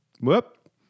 Whoop